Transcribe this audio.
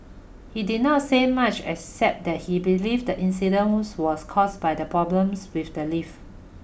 he did not say much except that he believe that incident's was caused by the problems with the live